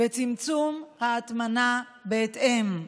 וצמצום ההטמנה בהתאם.